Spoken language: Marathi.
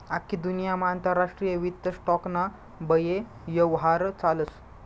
आख्खी दुन्यामा आंतरराष्ट्रीय वित्त स्टॉक ना बये यव्हार चालस